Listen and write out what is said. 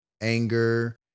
anger